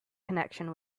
connection